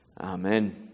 Amen